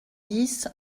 dix